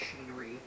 machinery